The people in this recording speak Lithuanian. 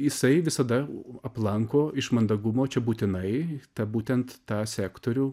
jisai visada aplanko iš mandagumo čia būtinai tą būtent tą sektorių